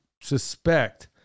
suspect